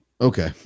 Okay